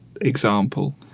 example